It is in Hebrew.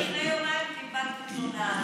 רק לפני יומיים קיבלתי תלונה על זה.